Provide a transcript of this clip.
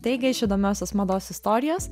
taigi iš įdomiosios mados istorijos